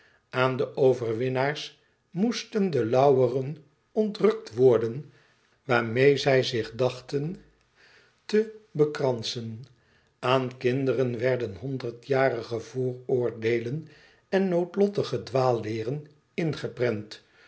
houden aan overwinnaars moesten de lauweren ontrukt worden waarmeê zij zich dachten te bekransen aan kinderen werden honderdjarige vooroordeelen en noodlottige dwaalleeren ingeprent